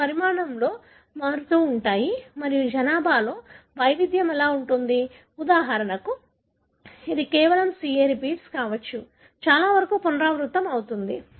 అవి పరిమాణంలో మారుతూ ఉంటాయి మరియు జనాభాలో వైవిధ్యం ఎలా ఉంటుంది ఉదాహరణకు ఇది కేవలం CA రిపీట్ కావచ్చు చాలాసార్లు పునరావృతమవుతుంది